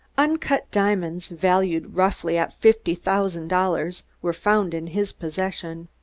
uncut diamonds, valued roughly at fifty thousand dollars, were found in his possession.